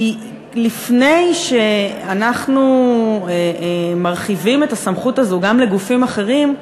לפני שאנחנו מרחיבים את הסמכות הזאת גם לגופים אחרים,